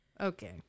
Okay